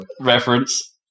reference